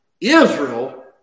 Israel